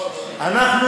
לא,